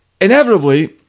Inevitably